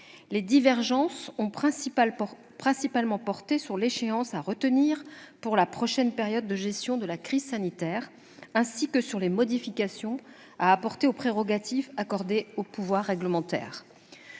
Les divergences ont principalement porté sur l'échéance à retenir pour la prochaine période de gestion de la crise sanitaire, ainsi que sur les modifications à apporter aux prérogatives accordées au pouvoir réglementaire.